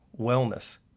wellness